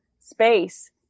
space